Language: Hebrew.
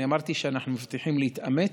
אני אמרתי שאנחנו מבטיחים להתאמץ.